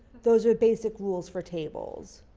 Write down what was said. those are basic rules for tables.